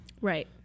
Right